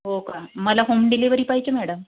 हो का मला होम डिलिव्हरी पाहिजे मॅडम